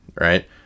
right